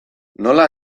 nola